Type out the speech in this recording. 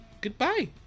goodbye